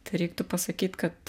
tai reiktų pasakyt kad